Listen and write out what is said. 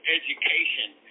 education